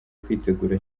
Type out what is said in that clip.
kwitegura